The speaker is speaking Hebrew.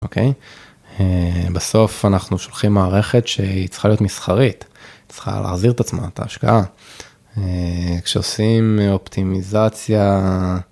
אוקיי? בסוף אנחנו שולחים מערכת שהיא צריכה להיות מסחרית צריכה להחזיר את עצמה את ההשקעה כשעושים אופטימיזציה.